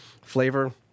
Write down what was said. flavor